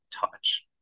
touch